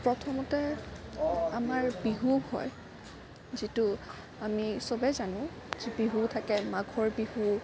প্ৰথমতে আমাৰ বিহু হয় যিটো আমি চবে জানো বিহু যি থাকে মাঘৰ বিহু